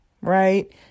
right